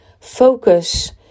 focus